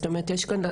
זאת אומרת יש כאן,